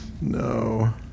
No